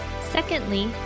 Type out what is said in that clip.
Secondly